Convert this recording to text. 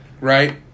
right